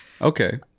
okay